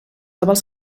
avals